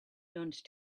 lunch